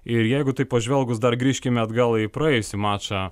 ir jeigu taip pažvelgus dar grįžkime atgal į praėjusį mačą